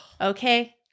Okay